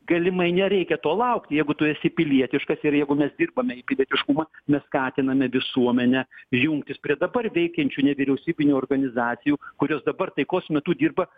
galimai nereikia to laukt jeigu tu esi pilietiškas ir jeigu mes dirbame į pilietiškumą mes skatiname visuomenę jungtis prie dabar veikiančių nevyriausybinių organizacijų kurios dabar taikos metu dirba